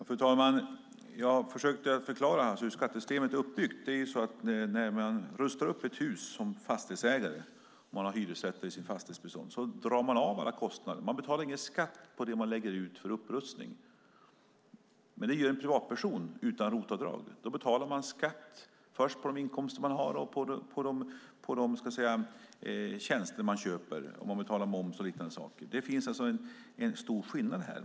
Fru talman! Jag försökte förklara hur skattesystemet är uppbyggt. När man som fastighetsägare rustar upp sitt hus och har hyresrätter i sitt fastighetsbestånd får man dra av alla kostnader. Man betalar ingen skatt på det man lägger ut för upprustning. Det skulle dock en privatperson behöva göra utan ROT-avdrag. Då betalar man skatt först på de inkomster man har och sedan på de tjänster man köper. Det finns alltså en stor skillnad här.